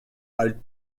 alt